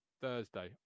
Thursday